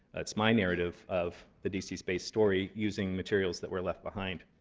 that's my narrative of the d c. space story using materials that were left behind.